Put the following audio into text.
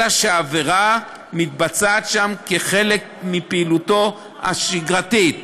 אלא שהעבירה מתבצעת שם "כחלק מפעילותו השגרתית".